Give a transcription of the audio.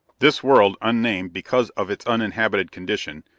this world, unnamed because of its uninhabited condition,